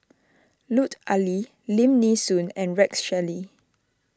Lut Ali Lim Nee Soon and Rex Shelley